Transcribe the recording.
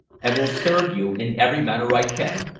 and will serve you in every manner i can.